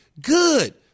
good